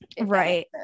Right